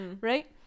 right